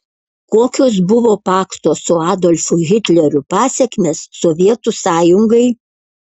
kokios buvo pakto su adolfu hitleriu pasekmės sovietų sąjungai